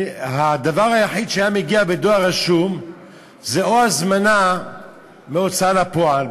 הדבר היחיד שהיה מגיע בדואר רשום היה או הזמנה להוצאה לפועל,